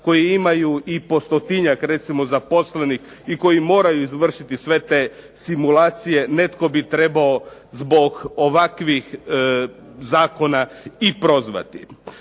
koja imaju po stotinjak zaposlenih i koji moraju izvršiti sve te simulacije, netko bi trebao zbog ovakvih zakona i prozvati.